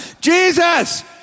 Jesus